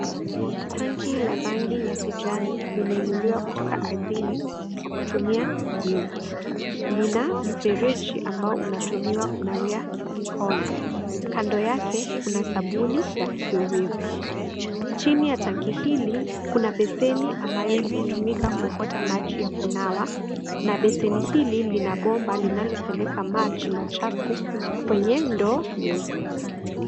Tangi la rangi ya kijani limeinuliwa kutoka ardhini kwa kutumia vyuma. Lina mferiji ambao unatumiwa kunawia mikono. Kando yake kuna sabuni ya kiowevu. Chini ya tanki hili kuna beseni ambayo inatumika kuokota maji ya kunawa na beseni hili lina bomba linalopeleka maji machafu kwenye ndoo nyeupe.